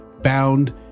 bound